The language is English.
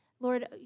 Lord